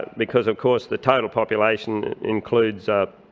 because of course the total population includes